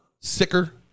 sicker